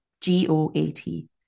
G-O-A-T